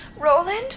Roland